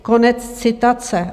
Konec citace.